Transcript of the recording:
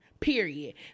Period